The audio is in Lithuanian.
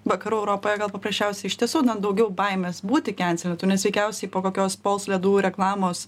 vakarų europoje gal paprasčiausiai iš tiesų daugiau baimės būti kenselintu nes veikiausiai po kokios pols ledų reklamos